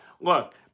look